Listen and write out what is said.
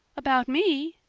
about me?